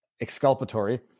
exculpatory